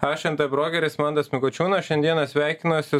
aš nt brokeris mantas mikučionias šiandieną sveikinuosi